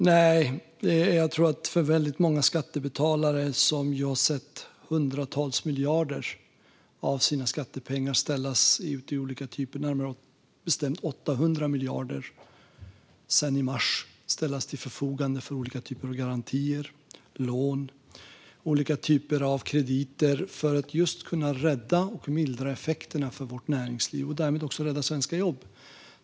Skattebetalarna har redan sedan mars sett hundratals miljarder av sina skattepengar, närmare bestämt 800 miljarder, ställas till förfogande för olika typer av garantier, lån och krediter för att just mildra effekterna för vårt svenska näringsliv och därmed också rädda svenska jobb.